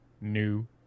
new